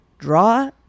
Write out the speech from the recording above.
draw